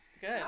Good